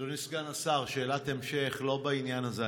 אדוני סגן השר, שאלת ההמשך לא בעניין הזה.